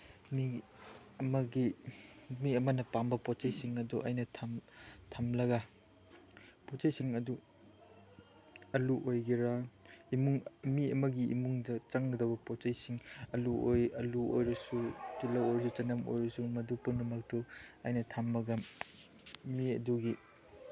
ꯃꯤꯒꯤ ꯑꯃꯒꯤ ꯃꯤ ꯑꯃꯅ ꯄꯥꯝꯕ ꯄꯣꯠ ꯆꯩꯁꯤꯡ ꯑꯗꯨ ꯑꯩꯅ ꯊꯝꯂꯒ ꯄꯣꯠ ꯆꯩꯁꯤꯡ ꯑꯗꯨ ꯑꯥꯜꯂꯨ ꯑꯣꯏꯒꯦꯔꯥ ꯏꯃꯨꯡ ꯃꯤ ꯑꯃꯒꯤ ꯏꯃꯨꯡꯗ ꯆꯪꯒꯗꯧꯕ ꯄꯣꯠ ꯆꯩꯁꯤꯡ ꯑꯥꯜꯂꯨ ꯑꯥꯜꯂꯨ ꯑꯣꯏꯔꯁꯨ ꯇꯤꯜꯍꯧ ꯑꯣꯏꯔꯁꯨ ꯆꯅꯝ ꯑꯣꯏꯔꯁꯨ ꯃꯗꯨ ꯄꯨꯝꯅꯃꯛꯇꯨ ꯑꯩꯅ ꯊꯝꯃꯒ ꯃꯤ ꯑꯗꯨꯒꯤ